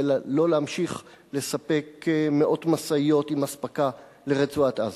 שלא להמשיך לספק מאות משאיות עם אספקה לרצועת-עזה.